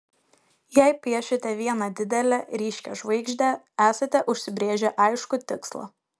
jei piešiate vieną didelę ryškią žvaigždę esate užsibrėžę aiškų tikslą